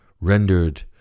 rendered